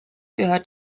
gehört